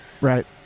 Right